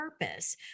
purpose